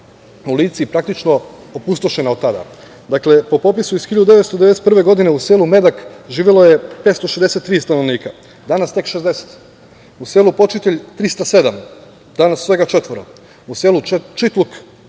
u Lici praktično opustošena tada. Dakle, po popisu iz 1991. godine, u selu Medak živelo je 563 stanovnika, danas tek 60, u selu Počitelj 307, danas svega četvoro, u selu Čitluk